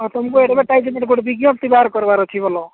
ହଁ ତୁମକୁ ଏଡଭଟାଇଜମେଣ୍ଟ ଗୋଟେ ବିଜ୍ଞପ୍ତି ବାହାର କରିବାର ଅଛି ଭଲ